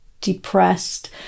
depressed